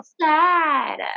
sad